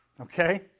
Okay